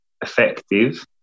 effective